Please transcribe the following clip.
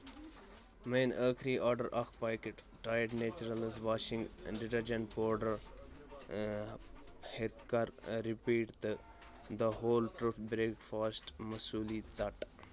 میٚٲنۍ أخری آرڈر اکھ packet Tide naturals washing detergent powder ہیٚتھ کر رِپیٖٹ تہٕ the whole truth breakfast مسوٗلی ژٹھ